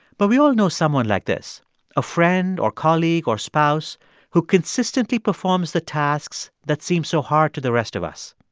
but we all know someone like this a friend or colleague or spouse who consistently performs the tasks that seem so hard to the rest of us.